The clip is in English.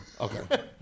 Okay